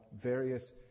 various